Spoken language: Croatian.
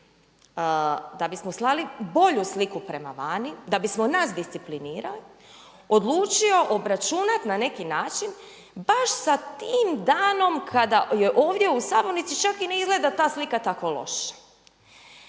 da bismo slali bolju sliku prema vani, da bismo nas disciplinirali, odlučio obračunati na neki način baš sa tim danom kada je ovdje u sabornici, čak i ne izgleda ta slika tako loša?